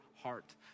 heart